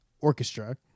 Orchestra